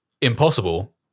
impossible